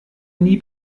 nie